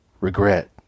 Regret